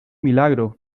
milagro